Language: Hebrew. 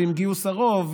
ועם גיוס הרוב,